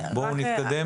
בואו נתקדם.